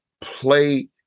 play